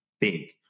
big